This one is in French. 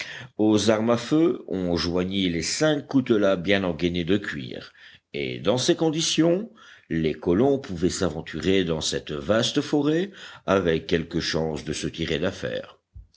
aux armes à feu on joignit les cinq coutelas bien engaînés de cuir et dans ces conditions les colons pouvaient s'aventurer dans cette vaste forêt avec quelque chance de se tirer d'affaire